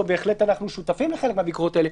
אנחנו בהחלט שותפים לחלק מהביקורות האלה,